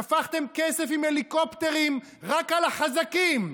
שפכתם כסף עם הליקופטרים רק על החזקים,